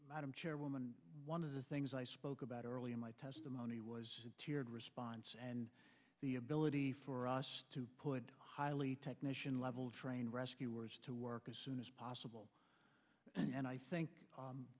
madam chairwoman one of the things i spoke about early in my testimony was tiered response and the ability for us to put highly technician level trained rescuers to work as soon as possible and i think